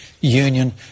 union